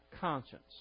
conscience